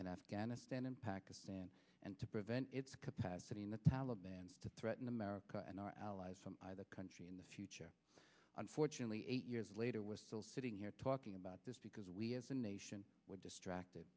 in afghanistan and pakistan and to prevent its capacity in the taliban to threaten america and our allies the country in the future unfortunately eight years later we're still sitting here talking about this because we as a nation were distracted